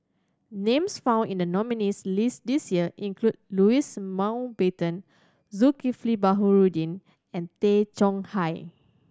names found in the nominees' list this year include Louis Mountbatten Zulkifli Baharudin and Tay Chong Hai